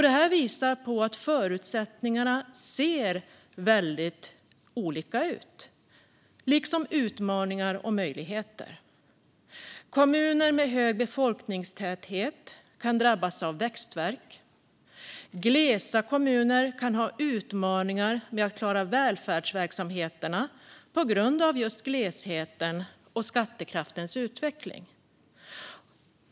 Det här visar att förutsättningarna, liksom utmaningar och möjligheter, ser väldigt olika ut. Kommuner med hög befolkningstäthet kan drabbas av växtvärk. Glesa kommuner kan ha utmaningar med att klara välfärdsverksamheterna på grund av just glesheten och skattekraftens utveckling.